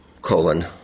colon